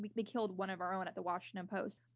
like they killed one of our own at the washington post.